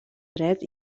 dret